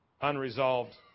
unresolved